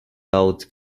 out